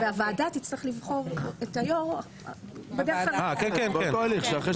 והוועדה תצטרך לבחור את היו"ר --- באותו הליך.